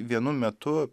vienu metu